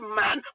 man